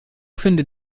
findet